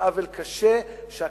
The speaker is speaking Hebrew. של עוול קשה שנגרם להם,